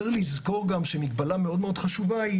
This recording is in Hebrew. צריך לזכור שמגבלה מאוד מאוד חשובה,